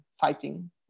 fighting